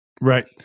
Right